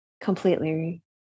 completely